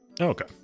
Okay